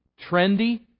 trendy